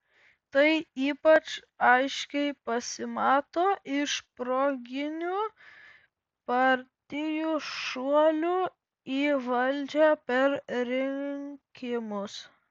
tai ypač aiškiai pasimato iš proginių partijų šuolių į valdžią per rinkimus